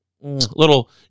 little